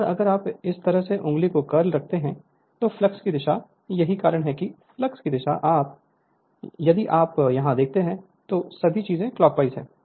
और अगर आप इस तरह से उंगली को कर्ल करते हैं तो फ्लक्स की दिशा होगी यही कारण है कि फ्लक्स की दिशा यदि आप यहां देखते हैं तो ये सभी चीजें क्लॉकवाइज हैं